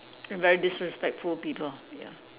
and very disrespectful people ya